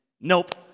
Nope